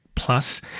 plus